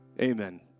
Amen